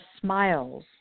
smiles